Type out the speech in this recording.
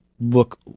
look